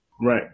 Right